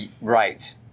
right